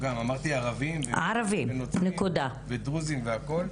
אמרתי ערבים נוצרים ודרוזים והכול.